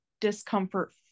discomfort